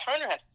Turner